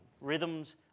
Rhythms